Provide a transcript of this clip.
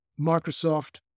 Microsoft